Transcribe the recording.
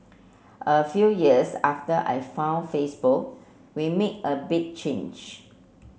a few years after I found Facebook we made a big change